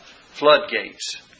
floodgates